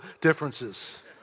differences